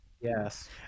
Yes